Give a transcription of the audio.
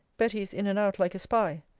betty is in and out like a spy.